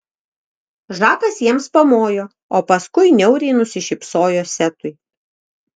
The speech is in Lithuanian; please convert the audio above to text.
žakas jiems pamojo o paskui niauriai nusišypsojo setui